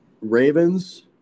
Ravens